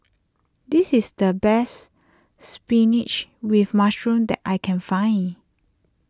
this is the best Spinach with Mushroom that I can find